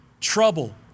Trouble